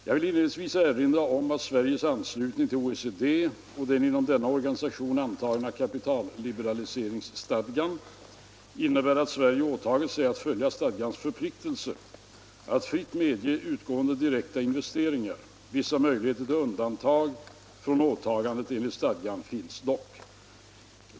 Jag vill inledningsvis erinra om att Sveriges anslutning till OECD och den inom denna organisation antagna kapitalliberaliseringsstadgan innebär att Sverige åtagit sig att följa stadgans förpliktelse att fritt medge utgående direkta investeringar. Vissa möjligheter till undantag från åtagandet enligt stadgan finns dock.